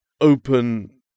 open